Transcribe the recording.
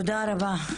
תודה רבה.